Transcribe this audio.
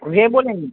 रवियो दिन